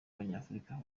abanyafurika